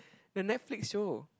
the Netflix show